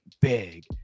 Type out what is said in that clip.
big